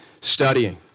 studying